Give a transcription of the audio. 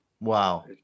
Wow